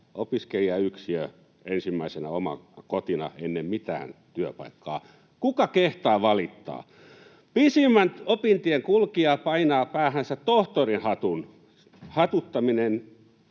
opiskelijayksiö ensimmäisenä omana kotina ennen mitään työpaikkaa — kuka kehtaa valittaa? Pisimmän opintien kulkija painaa päähänsä tohtorinhatun. Hatuttaminen